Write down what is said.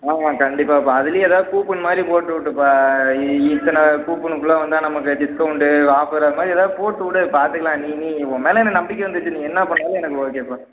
ஆமாம் கண்டிப்பாகப்பா அதுலையும் எதாவது கூப்பன் மாதிரி போட்டு விட்டுப்பா இ இத்தனை கூப்பனுக்குள்ளே வந்தால் நமக்கு டிஸ்கவுண்டு ஆஃபரு அந்த மாதிரி எதாவது போட்டுவிடு பார்த்துக்கலாம் நீ நீ உன் மேல் எனக்கு நம்பிக்கை வந்துருச்சு நீ என்ன பண்ணினாலும் எனக்கு ஓகேப்பா